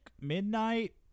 midnight